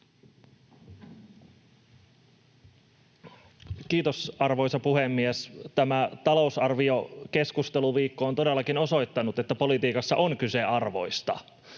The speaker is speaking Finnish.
Kiitos, arvoisa puhemies! Tämä talousarviokeskusteluviikko on todellakin osoittanut, että politiikassa on kyse arvoista.